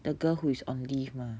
the girl who is on leave mah